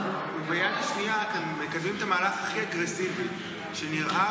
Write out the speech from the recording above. ביד שנייה אתם מקדמים את המהלך הכי אגרסיבי שנראה